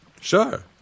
Sure